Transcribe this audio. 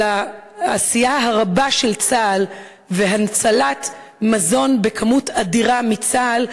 על העשייה הרבה של צה"ל והצלת מזון בכמות אדירה בצה"ל,